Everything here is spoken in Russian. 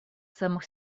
самых